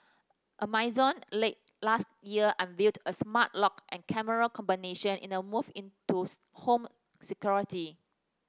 Amazon late last year unveiled a smart lock and camera combination in a move into home security